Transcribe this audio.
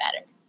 better